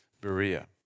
Berea